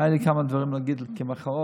היו לי כמה דברים להגיד כמחאות,